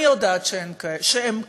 אני יודעת שהם כאלה.